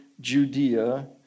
Judea